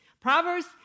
Proverbs